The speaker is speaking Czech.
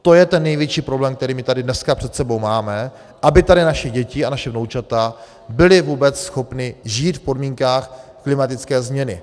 To je ten největší problém, který tady dneska před sebou máme, aby tady naše děti a naše vnoučata byly vůbec schopny žít v podmínkách klimatické změny.